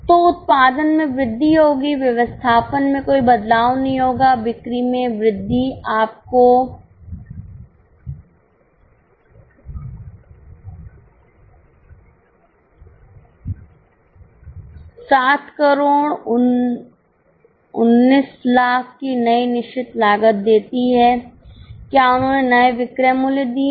तो उत्पादन में वृद्धि होगी व्यवस्थापन में कोई बदलाव नहीं होगा बिक्री में वृद्धि आपको 71१००००० की नई निश्चित लागत देती है क्या उन्होंने नए विक्रय मूल्य दिए हैं